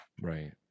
Right